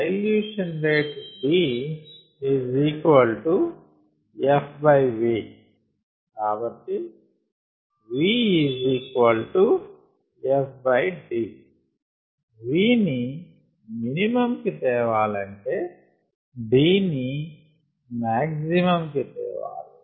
dilution rate D FV కాబట్టి V FD V ని minimum కి తేవాలంటే D ని మాక్సిమమ్ కి తేవాలి